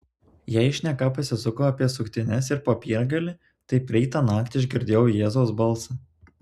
jei šneka pasisuko apie suktines ir popiergalį tai praeitą naktį aš girdėjau jėzaus balsą